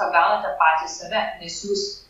apgaunate patys save nes jūs